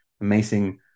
amazing